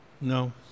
No